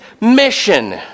mission